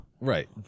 Right